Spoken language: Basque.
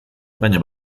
baina